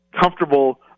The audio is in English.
comfortable